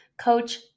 coach